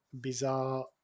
bizarre